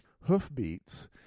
Hoofbeats